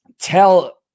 tell